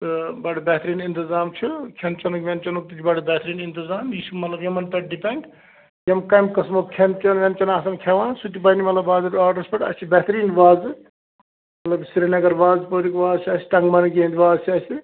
تہٕ بَڈٕ بہتریٖن اِنتظام چھُ کھٮ۪ن چٮ۪نُک وٮ۪نچنُک تہِ چھُ بَڈٕ بہتریٖن اِنتظام یہِ چھُ مطلب یِمن پٮ۪ٹھ ڈپٮ۪نٛڈ یِم کَمہِ قٕسمُک کھٮ۪ن چٮ۪ن وٮ۪ن چٮ۪ن آسان کھٮ۪وان سُہ تہِ بَنہِ مطلب باضٲبطہٕ آرڈرس پٮ۪ٹھ اَسہِ چھِ بہتریٖن وازٕ مطلب سِریٖنگر وازٕ پورٕکۍ وازٕ چھِ اَسہِ ٹنگمرٕگہِ ہٕنٛدۍ وازٕ چھِ اَسہِ